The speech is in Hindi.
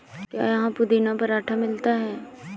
क्या यहाँ पुदीना पराठा मिलता है?